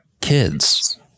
kids